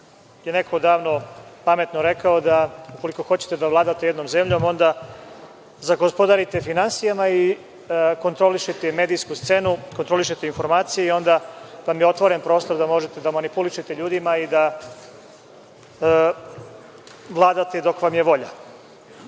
je neko davno pametno rekao da ukoliko hoćete da vladate jednom zemljom onda zagospodarite finansijama i kontrolišete medijsku scenu, kontrolišete informacije i onda vam je otvoren prostor da možete da manipulišete ljudima i da vladate dok vam je volja. Prema